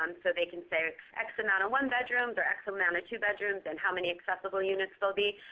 um so they can say x x amount of one bedrooms, or x amount of two bedrooms, and how many accessible units there will be.